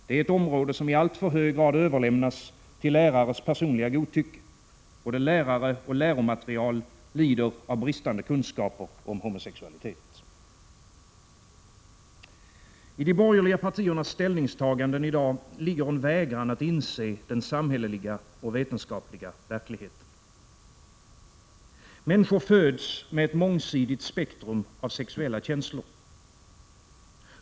Det är ett område som i alltför hög grad överlämnas till lärares personliga godtycke. Både lärare och läromaterial lider av bristande kunskaper om homosexualitet. I de borgerliga partiernas ställningstaganden ligger en vägran att inse den samhälleliga och vetenskapliga verkligheten. Människor föds med ett mångsidigt spektrum av sexuella känslor.